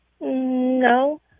No